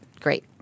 great